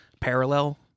parallel